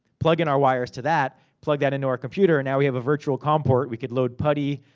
plug in our wires to that, plug that into our computer, and now we have a virtual comport. we could load putty,